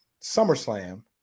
SummerSlam